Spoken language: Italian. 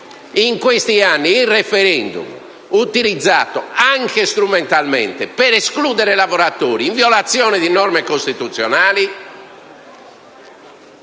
una testimone - il *referendum*, utilizzato, anche strumentalmente, per escludere i lavoratori in violazione di norme costituzionali,